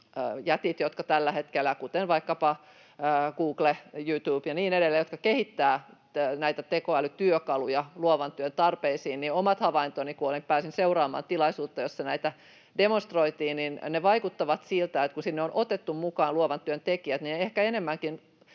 jätit, kuten vaikkapa Google, YouTube ja niin edelleen, tällä hetkellä kehittävät näitä tekoälytyökaluja luovan työn tarpeisiin, niin omien havaintojeni mukaan, kun pääsin seuraamaan tilaisuutta, jossa näitä demonstroitiin, ne vaikuttavat siltä, että kun sinne on otettu mukaan luovan työn tekijät, ne ehkä enemmänkin